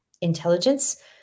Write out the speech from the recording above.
intelligence